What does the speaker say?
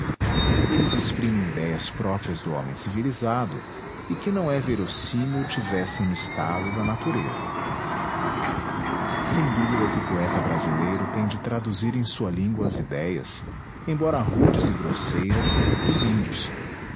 eles exprimem idéias próprias do homem civilizado e que não é verossímil tivessem no estado da natureza sem dúvida que o poeta brasileiro tem de traduzir em sua língua as idéias embora rudes e grosseiras dos índios